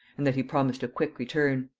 and that he promised a quick return.